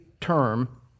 term